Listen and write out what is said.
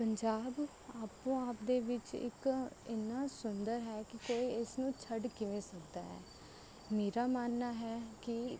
ਪੰਜਾਬ ਆਪੋ ਆਪਦੇ ਵਿੱਚ ਇੱਕ ਏਨਾ ਸੁੰਦਰ ਹੈ ਕਿ ਕੋਈ ਇਸਨੂੰ ਛੱਡ ਕਿਵੇਂ ਸਕਦਾ ਹੈ ਮੇਰਾ ਮੰਨਣਾ ਹੈ ਕਿ